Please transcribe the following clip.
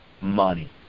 money